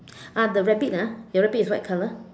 uh the rabbit ah your rabbit is white color